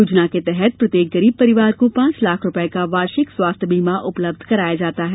योजना के तहत प्रत्येक गरीब परिवार को पांच लाख रुपए का वार्षिक स्वास्थ्य बीमा उपलब्ध कराया जाता है